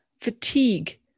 fatigue